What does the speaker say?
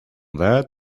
that